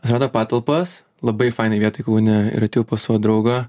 radau patalpas labai fainoj vietoj kaune ir atėjau pas savo draugą